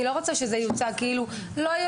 אני לא רוצה שזה יוצג כאילו: לא הייתה